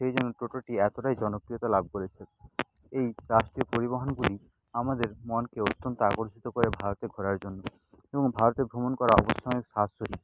এই জন্য টোটোটি এতটাই জনপ্রিয়তা লাভ করেছে এই রাষ্ট্রীয় পরিবহনগুলি আমাদের মনকে অত্যন্ত আকর্ষিত করে ভারতে ঘোরার জন্য এবং ভারতে ভ্রমণ করা অবশ্যই অনেক সাশ্রয়ী